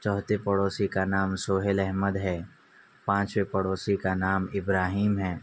چوتھے پڑوسی کا نام سہیل احمد ہے پانچویں پڑوسی کا نام ابراہیم ہیں